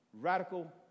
radical